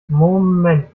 moment